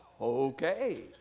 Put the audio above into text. Okay